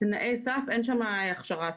אין שם הכשרה ספציפית.